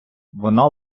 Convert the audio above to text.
вона